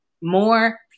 more